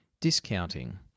discounting